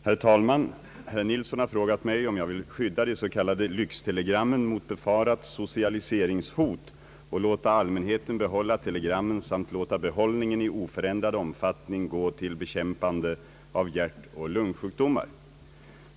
Herr talman! Herr Nilsson har frågat mig, om jag vill skydda de s.k. lyxtelegrammen mot befarat socialise ringshot och låta allmänheten behålla telesrammen samt låta behållningen i oförändrad omfattning gå till bekämpande av hjärtoch lungsjukdomar.